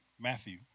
Matthew